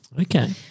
Okay